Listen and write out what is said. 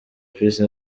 peace